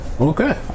Okay